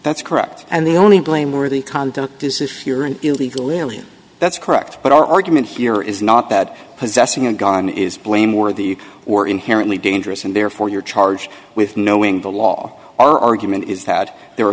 that's correct and the only blameworthy conduct is if you're an illegal alien that's correct but our argument here is not that possessing a gun is blame or the or inherently dangerous and therefore you're charged with knowing the law our argument is that there are